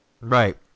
Right